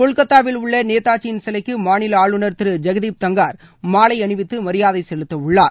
கொல்கத்தாவில் உள்ள நேதாஜியின் சிலைக்கு மாநில ஆளுநர் திரு ஜெக்தீப் தங்கர் மாலை அணிவித்து மரியாதை செலுத்த உள்ளார்